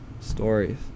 stories